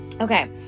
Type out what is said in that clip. Okay